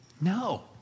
No